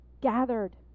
gathered